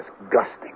disgusting